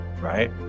right